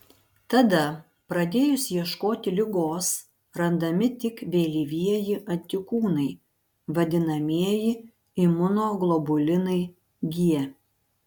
tada pradėjus ieškoti ligos randami tik vėlyvieji antikūnai vadinamieji imunoglobulinai g